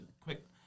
quick